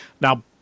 Now